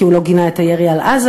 כי הוא לא גינה את הירי על עזה.